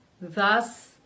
Thus